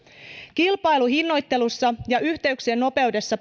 kilpailu bussiyhtiöiden kanssa hinnoittelussa ja yhteyksien nopeudessa